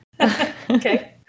Okay